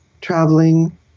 Traveling